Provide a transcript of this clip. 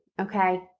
okay